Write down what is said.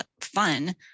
fun